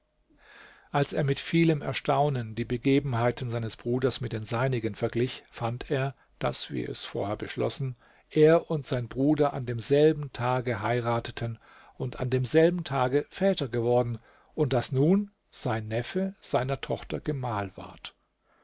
als er mit vielem erstaunen die begebenheiten seines bruders mit den seinigen verglich fand er daß wie er es vorher beschlossen er und sein bruder an demselben tage heirateten und an demselben tage väter geworden und daß nun sein neffe seiner tochter gemahl ward